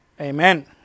Amen